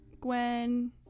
Gwen